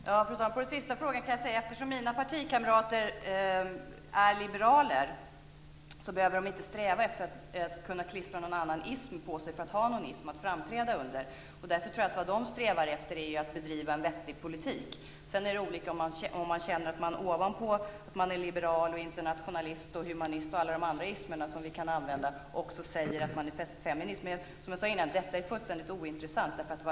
Herr talman! Låt mig svara på den sista frågan. Eftersom mina partikamrater är liberaler behöver de inte sträva efter att kunna klistra någon annan ism på sig för att ha någon ism att framträda under. Därför tror att jag att de strävar efter att bedriva en vettig politik. Sedan kan det vara olika om man känner att man ovanpå det att man är liberal, internationalist, humanist och alla de andra ismerna som vi kan använda också säger att man är feminist. Men, som jag sade tidigare, är detta fullständigt ointressant.